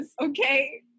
okay